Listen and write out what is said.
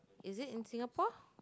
is it in Singapore